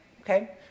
Okay